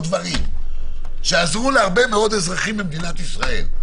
דברים שעזרו להרבה מאוד אזרחים במדינת ישראל,